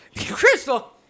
Crystal